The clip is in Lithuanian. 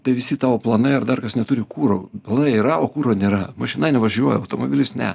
tai visi tavo planai ar dar kas neturi kuro bala yra o kuro nėra mašina nevažiuoja automobilis ne